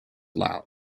loud